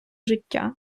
життя